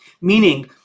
Meaning